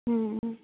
ᱦᱮᱸ